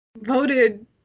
voted